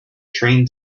train